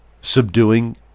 subduing